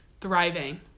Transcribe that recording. thriving